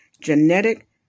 genetic